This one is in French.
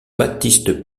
baptiste